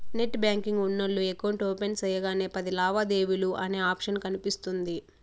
net banking ఉన్నోల్లు account open సెయ్యగానే పది లావాదేవీలు అనే ఆప్షన్ కనిపిస్తుంది